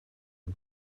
ein